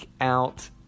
out